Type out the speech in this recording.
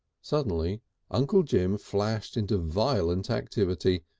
suddenly uncle jim flashed into violent activity,